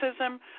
racism